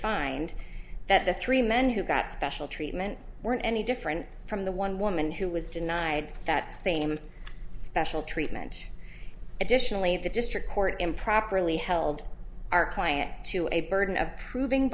find that the three men who got special treatment were any different from the one woman who was denied that same special treatment additionally the district court improperly held our client to a burden of proving